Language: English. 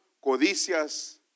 codicias